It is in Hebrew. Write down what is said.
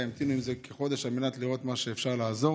ימתינו עם זה כחודש על מנת לראות במה אפשר לעזור.